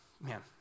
man